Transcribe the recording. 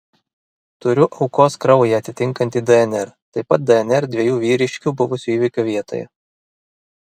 turiu aukos kraują atitinkantį dnr taip pat dnr dviejų vyriškių buvusių įvykio vietoje